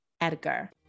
Edgar